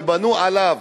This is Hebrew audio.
ובנו עליהן,